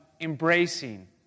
embracing